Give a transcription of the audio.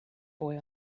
boy